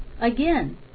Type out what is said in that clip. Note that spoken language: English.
again